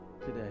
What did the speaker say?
today